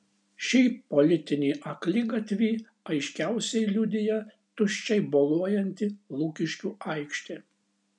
šį politinį akligatvį aiškiausiai liudija tuščiai boluojanti lukiškių aikštė